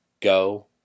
Go